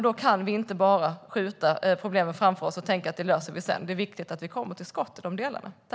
Vi kan inte bara skjuta problemen framför oss och tänka att det löser vi sedan. Det är viktigt att vi kommer till skott i de delarna.